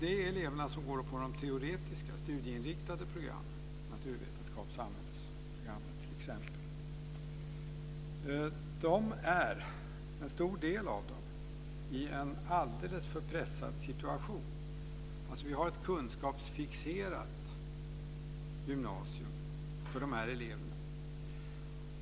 Det är eleverna som går på de teoretiska, studieinriktade programmen, naturvetenskapsoch samhällsprogrammen t.ex. En stor del av dem befinner sig i en alldeles för pressad situation. Vi har ett kunskapsfixerat gymnasium för de här eleverna.